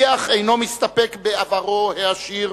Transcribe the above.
כי"ח אינו מסתפק בעברו העשיר,